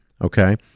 okay